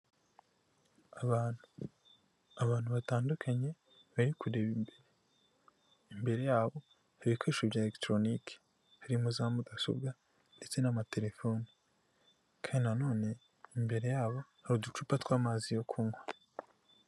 Abantu, abantu batandukanye bari kureba imbere, imbere yabo ibikoresho bya elegitoronike birimo za mudasobwa ndetse n'amatelefoni kandi na none imbere yabo hari uducupa tw'amazi yo kunywa.